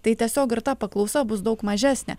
tai tiesiog ir ta paklausa bus daug mažesnė